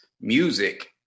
music